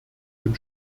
dem